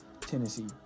Tennessee